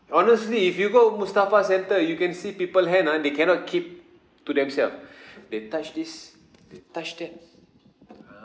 honestly if you go mustafa centre you can see people hand ah they cannot keep to themselves they touch this they touch that